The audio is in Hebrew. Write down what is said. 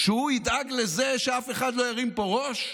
שהוא ידאג לזה שאף אחד לא ירים פה ראש?